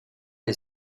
est